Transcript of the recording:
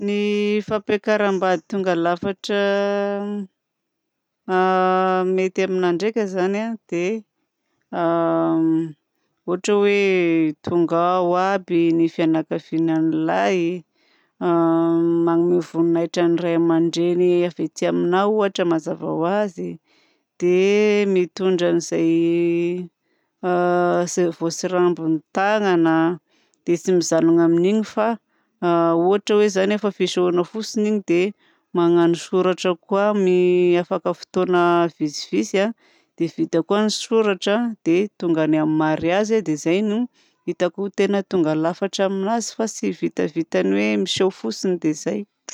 Ny fampiakaram-bady tonga lafatra mety aminahy ndraika zany dia ohatra oe tonga ao aby ny fianakaviana ny lahy manome voninahitra ny ray aman-dreny, avy aty aminahy ohatra mazava ho azy dia mitondra an'izay voatsirambin'ny tagnana. Dia tsy mijanona amin'iny fa ohatra hoe zany efa fisehoana fotsiny iny dia magnano soratra koa afaka fotoana vitsivitsy, dia vita koa ny soratra dia tonga any amin'ny mariazy. Dia zay no hitako tegna tonga lafatra aminazy fa tsy vitavitan'ny hoe miseho fotsiny dia zay.